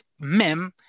même